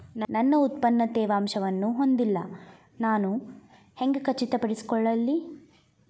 ನನ್ನ ಉತ್ಪನ್ನ ತೇವಾಂಶವನ್ನು ಹೊಂದಿಲ್ಲಾ ನಾನು ಹೆಂಗ್ ಖಚಿತಪಡಿಸಿಕೊಳ್ಳಲಿ?